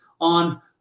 on